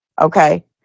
Okay